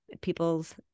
people's